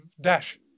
Dash